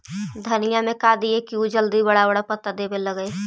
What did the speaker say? धनिया में का दियै कि उ जल्दी बड़ा बड़ा पता देवे लगै?